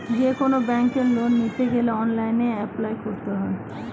যেকোনো ব্যাঙ্কে লোন নিতে গেলে অনলাইনে অ্যাপ্লাই করতে হয়